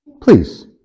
Please